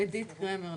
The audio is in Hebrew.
עדית קרמר,